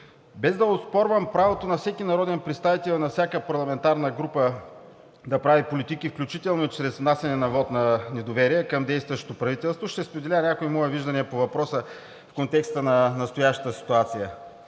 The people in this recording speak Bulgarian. Без да оспорвам правото на всеки народен представител и на всяка парламентарната група да прави политики, включително чрез внасяне на вот на недоверие към действащото правителство, ще споделя някои мои виждания по въпроса в контекста на настоящата ситуация.